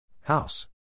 House